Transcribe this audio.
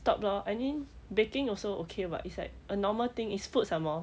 stop lor I mean baking also okay [what] it's like a normal thing is food some more